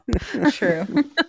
True